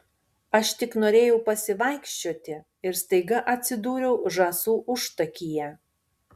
aš tik norėjau pasivaikščioti ir staiga atsidūriau žąsų užtakyje